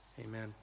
Amen